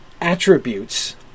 attributes